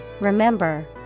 remember